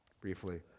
briefly